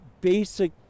basic